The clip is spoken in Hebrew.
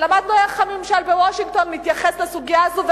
ולמדנו איך הממשל בוושינגטון מתייחס לסוגיה הזאת.